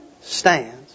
stands